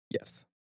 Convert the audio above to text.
Yes